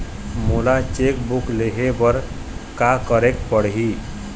मोला cheque book लेहे बर का केरेक पढ़ही?